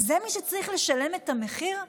זה מי שצריך לשלם את המחיר?